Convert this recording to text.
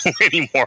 anymore